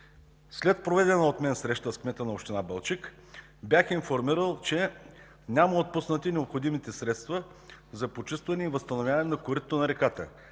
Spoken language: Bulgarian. След проведена от мен среща с кмета на община Балчик, бях информирал, че няма отпуснати необходимите средства за почистване и възстановяване на коритото на реката